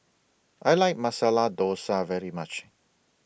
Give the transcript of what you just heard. I like Masala Dosa very much